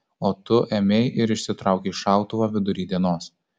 o tu ėmei ir išsitraukei šautuvą vidury dienos